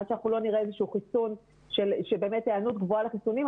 עד שלא נראה שבאמת יש היענות גבוהה לחיסונים,